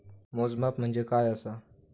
मोजमाप म्हणजे काय असा?